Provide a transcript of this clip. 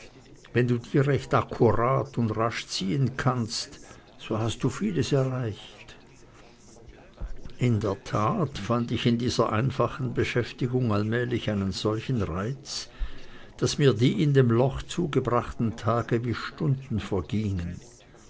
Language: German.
wenn du die recht akkurat und rasch ziehen lernst so hast du vieles erreicht in der tat fand ich in dieser einfachen beschäftigung allmählich einen solchen reiz daß mir die in dem loch zugebrachten tage wie stunden vergingen